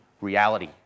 reality